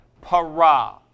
para